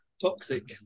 toxic